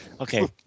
okay